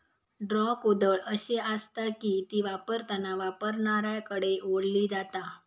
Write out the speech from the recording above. draw कुदळ अशी आसता की ती वापरताना वापरणाऱ्याकडे ओढली जाता